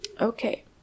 Okay